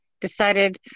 decided